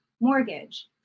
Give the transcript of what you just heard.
mortgage